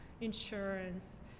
insurance